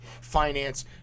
finance